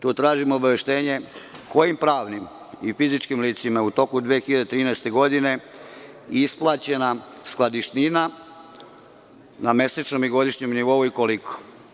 Tu tražim obaveštenje kojim pravnim i fizičkim licima je u toku 2013. godine isplaćena skladišnina na mesečnom i godišnjem nivou i koliko?